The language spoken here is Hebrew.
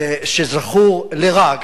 שזכור לרעה,